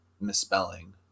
misspelling